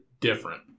Different